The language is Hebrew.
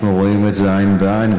אנחנו רואים את זה עין בעין,